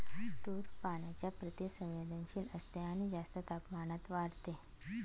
तूर पाण्याच्या प्रति संवेदनशील असते आणि जास्त तापमानात वाढते